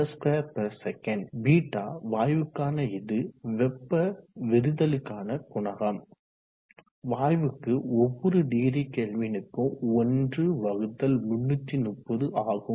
β வாயுக்கான இது வெப்ப விரிதலுக்கான குணகம் வாயுக்கு ஒவ்வோரு டிகிரி கெல்வினுக்கும் 1330 ஆகும்